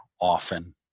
often